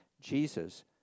Jesus